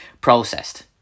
processed